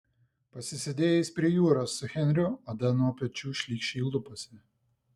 pasisėdėjus prie jūros su henriu oda nuo pečių šlykščiai luposi